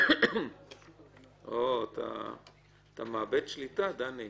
אתה מאבד שליטה, דני.